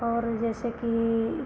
और जैसे कि